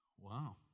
wow